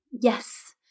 yes